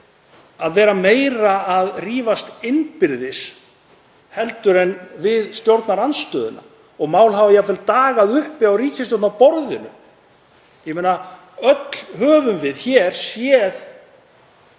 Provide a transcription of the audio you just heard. að vera meira að rífast innbyrðis heldur en við stjórnarandstöðuna og mál hafa jafnvel dagað uppi á ríkisstjórnarborðinu. Öll höfum við hér séð